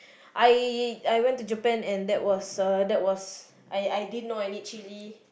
I I went to Japan and that was that was I didn't know I need chilli